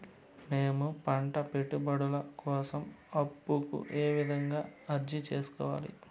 మేము పంట పెట్టుబడుల కోసం అప్పు కు ఏ విధంగా అర్జీ సేసుకోవాలి?